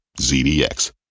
ZDX